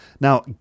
Now